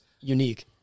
unique